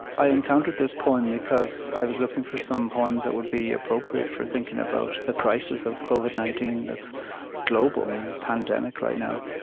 i encountered this poem because i was looking for some poems that would be appropriate for thinking about the crisis of covid nineteen that's global and pandemic right now.